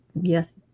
Yes